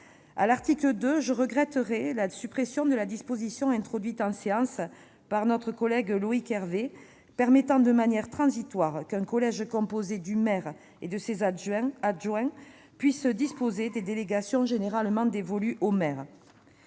À l'article 2, je regretterai la suppression de la disposition, introduite en séance par notre collègue Loïc Hervé, permettant de manière transitoire qu'un collège composé du maire et de ses adjoints puisse disposer des délégations généralement dévolues au maire.